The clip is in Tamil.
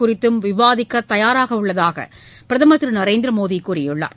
குறித்தும் விவாதிக்க தயாராக உள்ளதாக பிரதமர் திரு நரேந்திர மோடி கூறியுள்ளார்